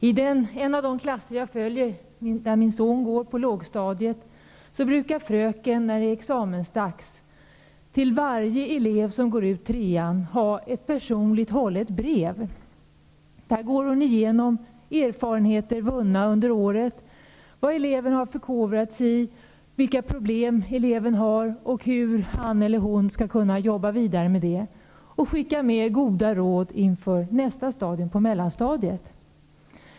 I en av de klasser jag följer -- där min son går, på lågstadiet -- brukar fröken vid examensdags till varje elev som går ut trean skriva ett personligt hållet brev, där hon går igenom vunna erfarenheter under året, vad eleven har förkovrat sig i, vilka problem eleven har och hur han eller hon skall kunna jobba vidare med dem. Dessutom skickar fröken med goda råd inför mellanstadiet.